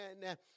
amen